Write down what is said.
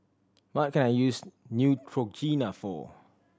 what can I use Neutrogena for